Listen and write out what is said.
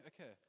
okay